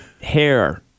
hair